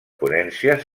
ponències